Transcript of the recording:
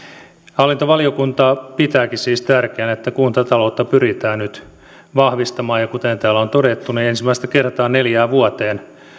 hallintovaliokunta pitääkin siis tärkeänä että kuntataloutta pyritään nyt vahvistamaan ja kuten täällä on todettu ensimmäistä kertaa neljään vuoteen